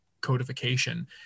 codification